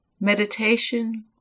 meditation